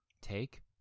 take